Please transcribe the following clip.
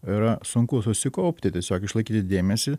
yra sunku susikaupti tiesiog išlaikyti dėmesį